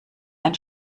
ein